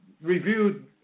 reviewed